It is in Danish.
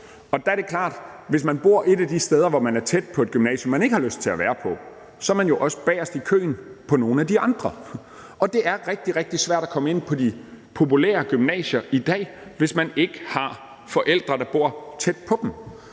og der er det klart, at hvis man bor et af de steder, hvor man er tæt på et gymnasium, man ikke har lyst til at gå på, er man jo også bagest i køen til nogle af de andre, og det er rigtig, rigtig svært at komme ind på de populære gymnasier i dag, hvis man ikke har forældre, der bor tæt på dem.